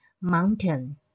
Mountain